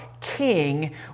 King